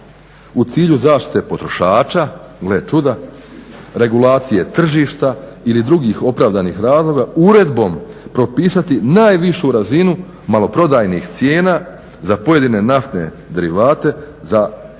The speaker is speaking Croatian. u cilju zaštite potrošača, gle čuda, regulacije tržišta ili drugih opravdanih razloga uredbom propisati najvišu razinu maloprodajnih cijena za pojedine naftne derivate za neprekinuto